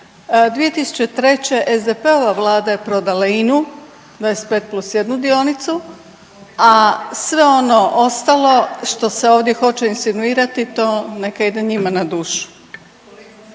2003., SDP-ova vlada je prodala INA-u, 25+1 dionicu, a sve ono ostalo što se ovdje hoće insinuirati, to neka ide njima na dušu.